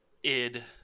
id